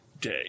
Day